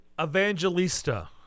Evangelista